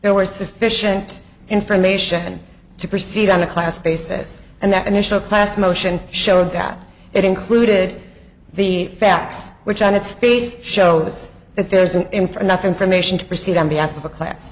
there were sufficient information to proceed on a class basis and that initial class motion showed that it included the facts which on its face shows that there's an infra nuff information to proceed on behalf of a class